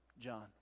John